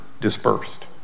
dispersed